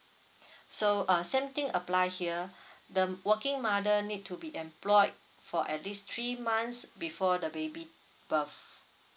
so uh same thing apply here the working mother need to be employed for at least three months before the baby birth